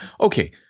Okay